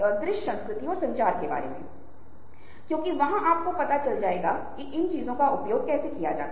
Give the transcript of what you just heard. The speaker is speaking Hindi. कल्पना कीजिये की वायरल होना मतलब विज्ञापन मुक्त हो रही है